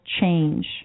change